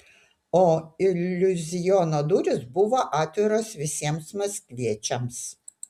o iliuziono durys buvo atviros visiems maskviečiams